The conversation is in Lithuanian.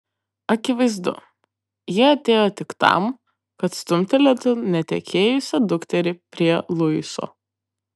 akivaizdu ji atėjo tik tam kad stumtelėtų netekėjusią dukterį prie luiso